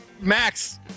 Max